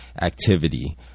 activity